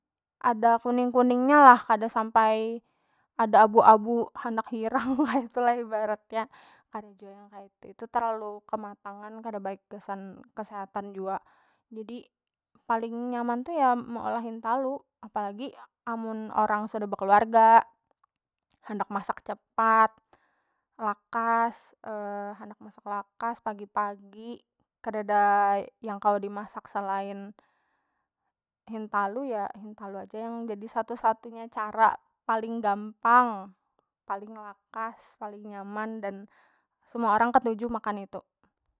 Ada kuning- kuning nya lah kada sampai ada abu- abu handak hirang tu lah ibarat nya kada jua yang kaitu, itu terlalu kematangan kada baik gasan kesehatan jua jadi paling nyaman tu ya meolah hintalu apalagi amun orang sudah bekeluarga handak masak cepat lakas handak masak lakas pagi- pagi kadada yang kawa dimasak selain hintalu ya hintalu aja yang jadi satu- satunya cara paling gampang paling lakas paling nyaman dan semua orang ketuju makan itu.